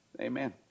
amen